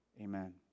amen